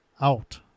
out